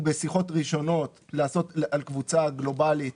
בשיחות ראשונות לעשות על קבוצה גלובאלית